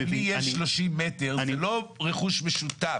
אם לי יש 30 מטר זה לא רכוש משותף,